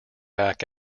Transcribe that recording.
back